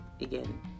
again